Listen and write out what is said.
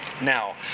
now